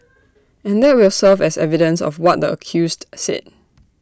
and that will serve as evidence of what the accused said